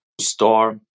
store